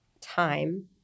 time